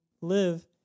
live